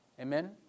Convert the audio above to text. Amen